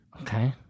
Okay